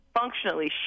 functionally